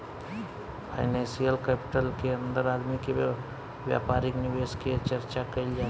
financial capital के अंदर आदमी के व्यापारिक निवेश के चर्चा कईल जाला